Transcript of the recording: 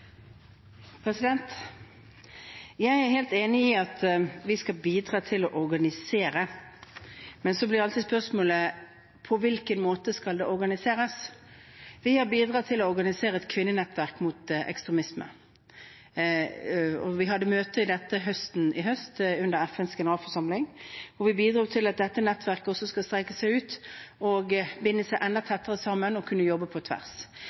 helt enig i at vi skal bidra til å organisere, men så blir alltid spørsmålet: På hvilken måte skal det organiseres? Vi har bidratt til å organisere et kvinnenettverk mot ekstremisme. Vi hadde møte om dette i høst, under FNs generalforsamling, hvor vi bidro til at dette nettverket også skal strekkes ut og binde seg enda tettere sammen, og at det skal kunne jobbe på tvers.